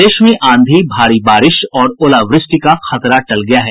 प्रदेश में आंधी भारी बारिश और ओलावृष्टि का खतरा टल गया है